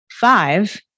Five